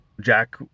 jack